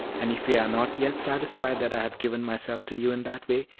and if you are not yet satisfied that i have given myself to you in that way,